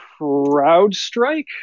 CrowdStrike